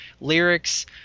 lyrics